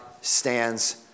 stands